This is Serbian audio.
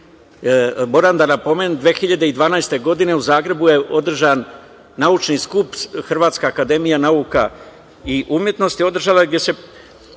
toga. Moram da napomenem, 2012. godine u Zagrebu je održan naučni skup, Hrvatska akademija nauka i umetnosti održala je, gde se